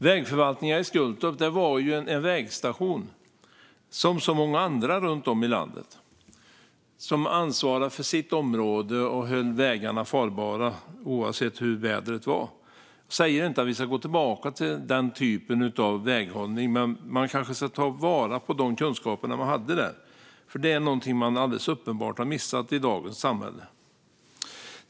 Vägförvaltningen i Skultorp var en vägstation, som så många andra runt om i landet, som ansvarade för sitt område och höll vägarna farbara oavsett hur vädret var. Jag säger inte att vi ska gå tillbaka till den typen av väghållning, men man kanske borde ha tagit vara på de kunskaper som fanns där. Det är nämligen någonting man alldeles uppenbart har missat i dagens samhälle.